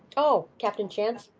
oh, captain chants?